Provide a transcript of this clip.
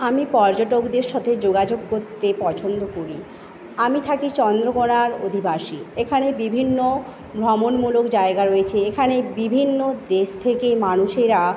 আমি পর্যটকদের সাথে যোগাযোগ করতে পছন্দ করি আমি থাকি চন্দ্রকোণার অধিবাসী এখানে বিভিন্ন ভ্রমণমূলক জায়গা রয়েছে এখানে বিভিন্ন দেশ থেকে মানুষেরা